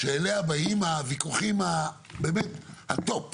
שאליה באים הוויכוחים, הטופ שבטופ,